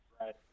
Right